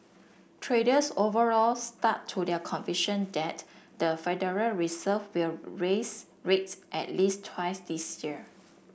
traders overall stuck to their conviction that the Federal Reserve will raise rates at least twice this year